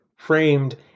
framed